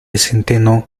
centeno